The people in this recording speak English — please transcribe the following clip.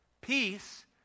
peace